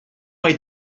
mae